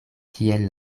kiel